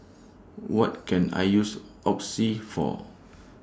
What Can I use Oxy For